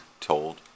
told